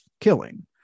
killing